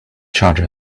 charge